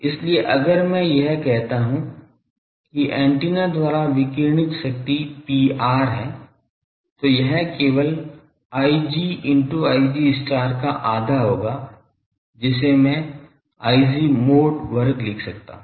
इसलिए अगर मैं यह कहता हूँ की एंटीना द्वारा विकिरणित शक्ति Pr हैं तो यह केवल Ig into Ig का आधा होगा जिसे की मैं Ig mod वर्ग लिख रहा हूं